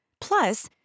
Plus